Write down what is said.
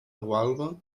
gualba